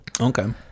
okay